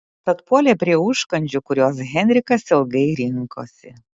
tad puolė prie užkandžių kuriuos henrikas ilgai rinkosi